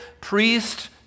priest